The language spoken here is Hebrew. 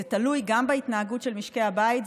זה תלוי גם בהתנהגות של משקי הבית,